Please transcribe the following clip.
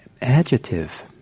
adjective